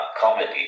comedy